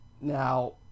Now